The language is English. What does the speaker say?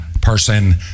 person